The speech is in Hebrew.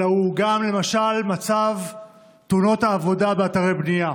אלא הוא גם, למשל, מצב תאונות העבודה באתרי בנייה.